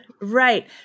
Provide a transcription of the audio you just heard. Right